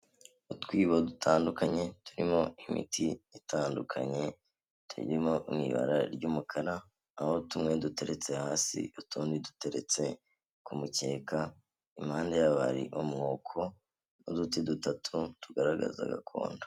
Utwibo dutandukanye turimo imiti itandukanye turimo mu ibara ry'umukara, aho tumwe duteretse hasi utundi duteretse ku mukeka, impande yabo hari umwuko n'uduti dutatu tugaragaza gakondo.